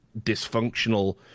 dysfunctional